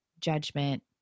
judgment